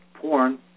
porn